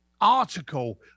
article